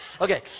Okay